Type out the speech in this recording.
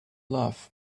laugh